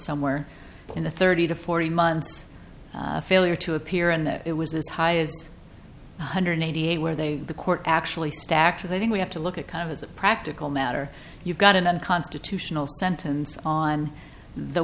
somewhere in the thirty to forty months a failure to appear and it was as high as six hundred eighty eight where they the court actually stacked as i think we have to look at kind of as a practical matter you've got an unconstitutional sentence on the